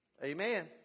Amen